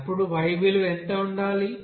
అప్పుడు y విలువ ఎంత ఉండాలి